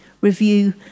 review